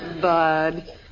Bud